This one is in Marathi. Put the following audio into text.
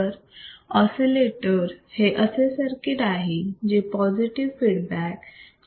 तर ऑसिलेटर हे असे सर्किट आहे जे पॉझिटिव फीडबॅक च्या प्रिन्सिपल वर काम करते